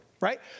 right